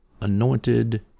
anointed